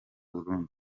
burundi